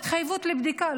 התחייבות לבדיקה,